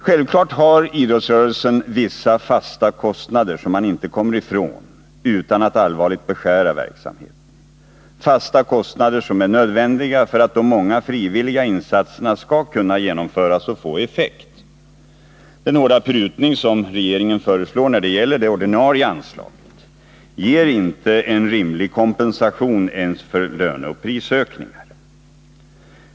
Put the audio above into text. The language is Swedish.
Självfallet har idrottsrörelsen vissa fasta kostnader som man inte kommer ifrån utan att allvarligt beskära verksamheten, fasta kostnader som är nödvändiga för att de många frivilliga insatserna skall kunna genomföras och få effekt. Den hårda prutning som regeringen föreslår när det gäller det ordinarie anslaget ger inte en rimlig kompensation ens för löneoch prisökningar.